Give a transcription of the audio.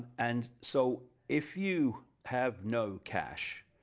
and so if you have no cash,